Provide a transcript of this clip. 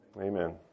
Amen